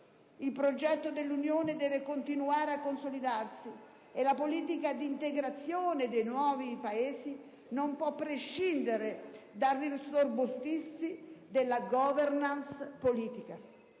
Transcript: Il progetto dell'Unione deve continuare a consolidarsi e la politica di integrazione dei nuovi Paesi non può prescindere dall'irrobustirsi della *governance* politica.